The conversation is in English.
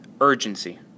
urgency